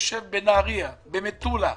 שיושב בנהריה, במטולה,